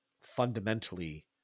fundamentally